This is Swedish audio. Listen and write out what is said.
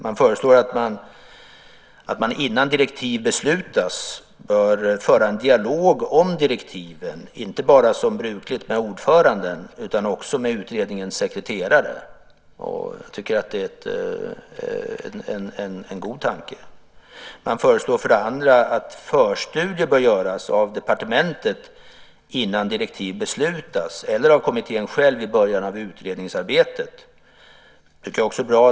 Man föreslår att man innan direktiv beslutas bör föra en dialog om direktiven, inte bara som brukligt är med ordföranden utan också med utredningens sekreterare. Jag tycker att det är en god tanke. Man föreslår för det andra att förstudier bör göras av departementet innan direktiv beslutas eller av kommittén själv i början av utredningsarbetet. Det tycker jag också är bra.